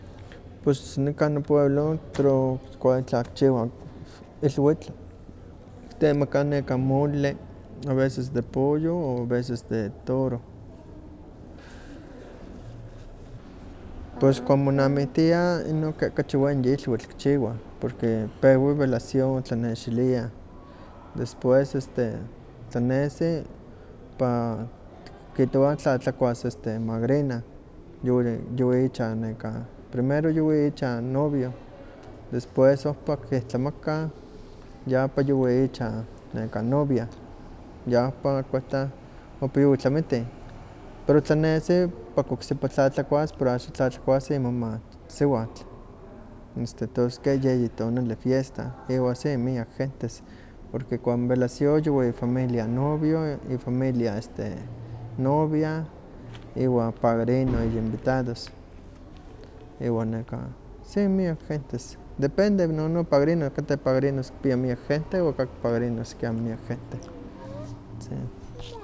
Pues nikan nopueblo kuak itlah kichiwah ilwiltl kitemaka mole a veces de pollo, o a veces de toro. Pues kuan monamiktia inon kachi wenyi ilwitl kichiwa porque pewa y velación tlanexiliah, después este tlanesi pa tikihtowa tlatlakias este magrina, yuwi yuwi icha neka primero yuwi icha novio, después ohpa kihtlamaka, ya ompa yuwi icha nekan novia, yahpa kuehta ompa yuwi tlamitih, pero tlanesi ompa oksipa tlatlakuas, pero axa tlatlakuas imama siwatl, este tos ke yeyi tonali fiesta, iwa sí miak gentes porque cuando velación yuwi ifamilia novio, ifamilia novia, iwa pagrino ininvitados, iwa neka si miak gentes, depende nono pagrino depende pagrinos kipia miak gente, katki pagrinos amo kipia miag kente, sí.